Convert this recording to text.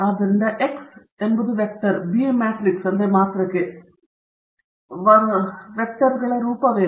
ಆದ್ದರಿಂದ X vector B matrix ಮತ್ತು ಸಣ್ಣ ಬೌ ವೆಕ್ಟರ್ಗಳ ರೂಪವೇನು